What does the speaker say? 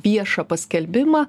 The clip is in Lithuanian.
viešą paskelbimą